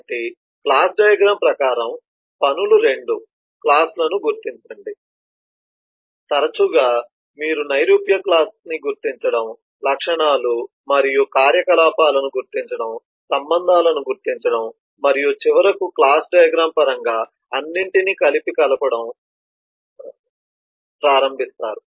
కాబట్టి class diagram ప్రకారం పనులు 2 క్లాస్ లను గుర్తించండి తరచుగా మీరు నైరూప్య క్లాస్ ని గుర్తించడం లక్షణాలు మరియు కార్యకలాపాలను గుర్తించడం సంబంధాలను గుర్తించడం మరియు చివరకు క్లాస్ డయాగ్రమ్ పరంగా అన్నింటినీ కలిపి కలపడం ప్రారంభిస్తారు